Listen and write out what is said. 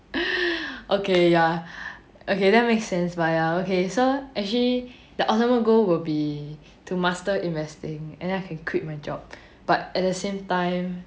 okay ya okay that makes sense but ya okay so actually the ultimate goal will be to master investing and then I can quit my job but at the same time